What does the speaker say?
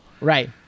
Right